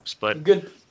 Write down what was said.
Good